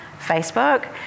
Facebook